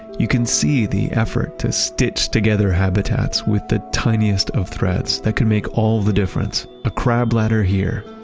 you can see the effort to stitch together habitats with the tiniest of threads that can make all the difference. a crab ladder here,